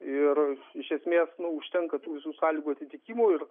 ir iš esmės nu užtenka tų visų sąlygų atitikimų ir